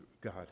God